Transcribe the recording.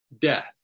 death